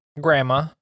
Grandma